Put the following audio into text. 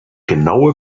genaue